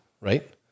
right